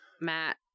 Matt